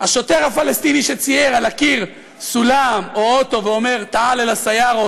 השוטר הפלסטיני שצייר על הקיר סולם או אוטו ואומר: אטלע ל-סיארה,